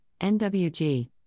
NWG